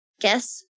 Guess